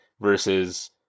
versus